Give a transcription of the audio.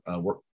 work